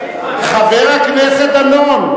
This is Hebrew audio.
מה עם הפתק של ליצמן?